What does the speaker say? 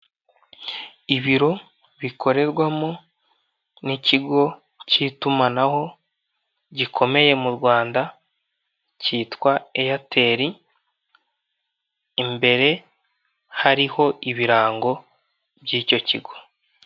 Ibiro bikorerwamo n'ikigo cy'itumanaho gikomeye mu Rwanda cyitwa eyateri imbere hariho ibirango by'icyo kigo.